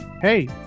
hey